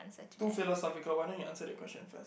too philosophical why don't you answer that question first